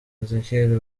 ezechiel